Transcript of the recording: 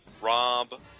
Rob